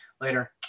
Later